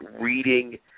reading